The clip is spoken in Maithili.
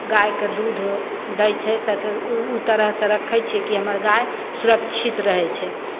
गायके दूध दै छै तऽ तऽ ओ ओ तरहसँ रखै छियै कि हमर गाय सुरक्षित रहै छै